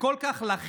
וכל כך לחיץ,